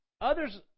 others